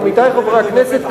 עמיתי חברי הכנסת,